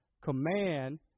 command